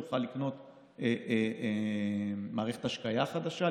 יוכל לקנות מערכת השקיה חדשה,